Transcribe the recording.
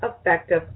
effective